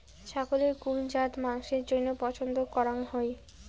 ছাগলের কুন জাত মাংসের জইন্য পছন্দ করাং হই?